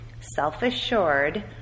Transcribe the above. self-assured